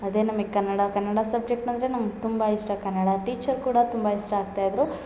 ಅದೇ ನಮಗೆ ಕನ್ನಡ ಕನ್ನಡ ಸಬ್ಜೆಕ್ಟ್ ಅಂದರೆ ನಮ್ಗ ತುಂಬ ಇಷ್ಟ ಕನ್ನಡ ಟೀಚರ್ ಕೂಡ ತುಂಬ ಇಷ್ಟ ಆಗ್ತಾ ಇದ್ದರು